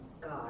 God